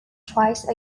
twice